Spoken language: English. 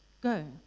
Go